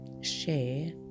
share